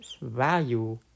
value